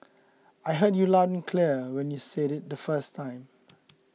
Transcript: I heard you loud and clear when you said it the first time